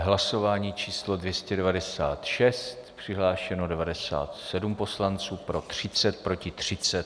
Hlasování číslo 296, přihlášeno 97 poslanců, pro 30, proti 30.